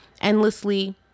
endlessly